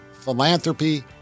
philanthropy